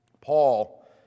Paul